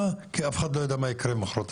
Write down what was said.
כי אף אחד לא יודע מה יקרה מוחרתיים.